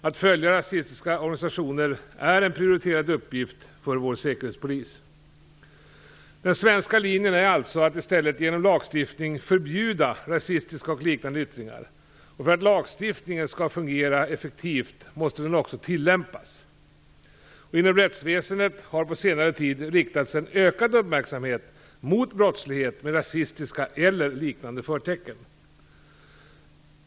Att följa rasistiska organisationer är en prioriterad uppgift för vår säkerhetspolis. Den svenska linjen är alltså att i stället genom lagstiftning förbjuda rasistiska och liknande yttringar. För att lagstiftningen skall fungera effektivt måste den också tillämpas. Inom rättsväsendet har på senare tid riktats en ökad uppmärksamhet mot brottslighet med rasistiska eller liknande förtecken.